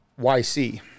yc